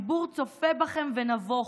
הציבור צופה בכם ונבוך.